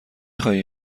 خواهی